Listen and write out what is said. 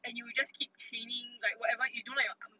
like you just keep training like whatever you don't like your arm